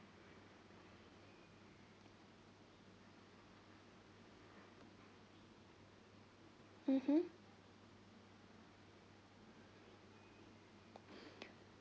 mmhmm